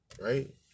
right